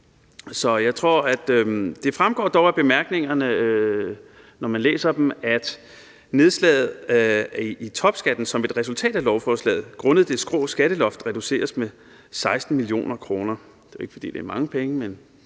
Det fremgår dog af bemærkningerne, når man læser dem, at nedslaget i topskatten som et resultat af lovforslaget grundet det skrå skatteloft reduceres med 16 mio. kr. Det er jo ikke, fordi det er mange penge, men